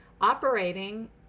operating